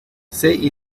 say